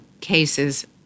cases